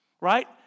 right